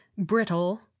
brittle